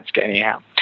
anyhow